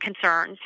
concerns